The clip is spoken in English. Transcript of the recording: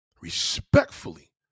Respectfully